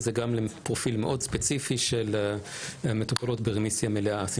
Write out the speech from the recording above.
וזה גם לפרופיל מאוד ספציפי של מטופלות ברמיסיה מלאה.